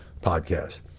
podcast